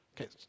Okay